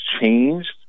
changed